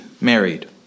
married